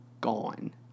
gone